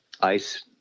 ice